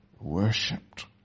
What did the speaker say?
worshipped